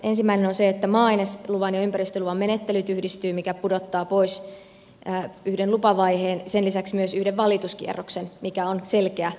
ensimmäinen on se että maa ainesluvan ja ympäristöluvan menettelyt yhdistyvät mikä pudottaa pois yhden lupavaiheen ja sen lisäksi myös yhden valituskierroksen mikä on selkeä kevennys